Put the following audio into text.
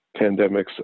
pandemics